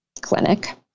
clinic